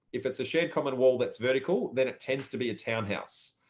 if it's a shared common wall that's vertical, then it tends to be a townhouse.